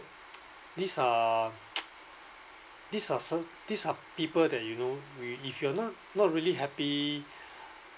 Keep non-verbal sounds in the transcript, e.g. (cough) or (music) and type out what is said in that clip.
(noise) these are (noise) these are cer~ these are people that you know we if you are not not really happy